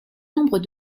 nombres